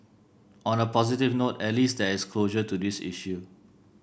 on a positive note at least there is closure to this issue